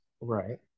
Right